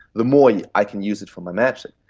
the more yeah i can use it for my magic.